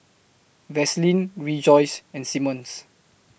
Vaseline Rejoice and Simmons